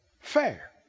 fair